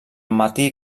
matí